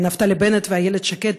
נפתלי בנט ואיילת שקד,